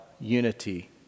Unity